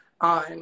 on